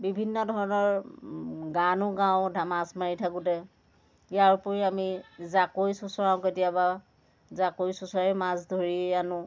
বিভিন্ন ধৰণৰ গানো গাওঁ মাছ মাৰি থাকোঁতে ইয়াৰ ওপৰি আমি জাকৈ চোঁচৰাওঁ কেতিয়াবা জাকৈ চোঁচৰাই মাছ ধৰি আনো